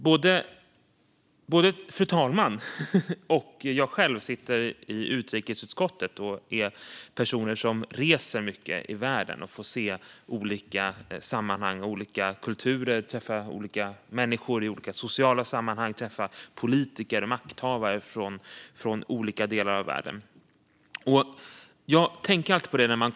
Både fru talmannen och jag själv sitter i utrikesutskottet och reser mycket i världen. Vi får se olika kulturer och träffa människor i olika sociala sammanhang. Vi får också träffa politiker och makthavare från olika delar av världen.